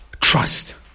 trust